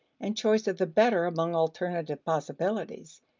and choice of the better among alternative possibilities.